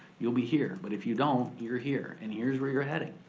you'll be here, but if you don't, you're here, and here's where your heading.